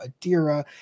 Adira